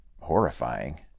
horrifying